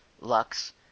lux